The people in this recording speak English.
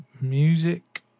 music